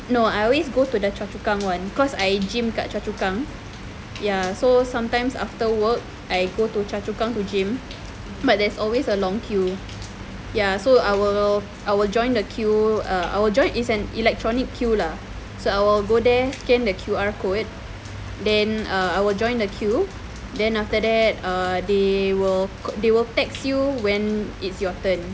no I always go to the choa chu kang [one] cause I gym kat choa chu kang ya so sometimes after work I go to choa chu kang to gym but there's always a long queue ya so I will join the queue err I will join is an electronic queue lah so I will go there scan the Q_R code then err I will join the queue then after that err they will they will text you when it's your turn